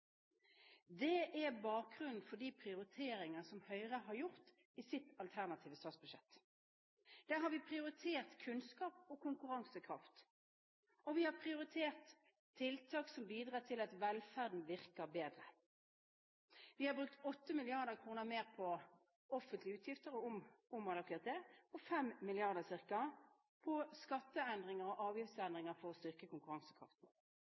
Det er bakgrunnen for de prioriteringer som Høyre har gjort i sitt alternative statsbudsjett. Der har vi prioritert kunnskap og konkurransekraft, og vi har prioritert tiltak som bidrar til at velferden virker bedre. Vi har brukt 8 mrd. kr på utgiftsprioriteringer og ca. 5 mrd. kr på skatteendringer og avgiftsendringer for å styrke konkurransekraften.